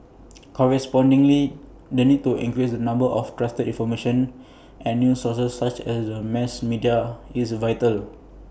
correspondingly the need to increase the number of trusted information and news sources such as the mass media is vital